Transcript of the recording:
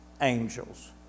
angels